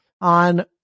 on